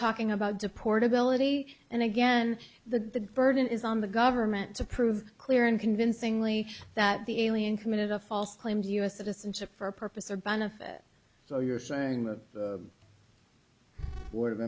talking about deport ability and again the burden is on the government to prove clear and convincingly that the alien committed a false claim to u s citizenship for a purpose or benefit so you are saying that the board of